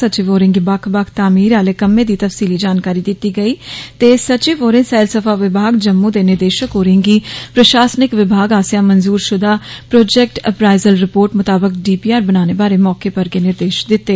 सचिव होरें गी बक्ख बक्ख तामीर आह्ले कम्में दी तफसीली जानकारी दिती गेई ते सचिव होरें सैलसफा विमाग जम्मू दे निदेशक होरें गी प्रशासनिक विभाग आस्सेआ मंजूरशुदा प्रोजैक्ट अपराईजल रिपोर्ट मुताबक डी पी आर बनाने बारै मौके पर गे निर्देश दिते